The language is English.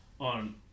on